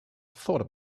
thought